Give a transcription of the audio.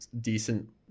decent